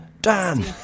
Dan